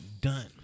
Done